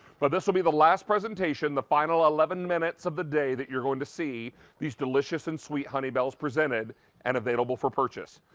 but this will be the last presentation, the final eleven minutes of the day that you are going to see these delicious and sweet honey bells presented and available for purchase.